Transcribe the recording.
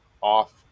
off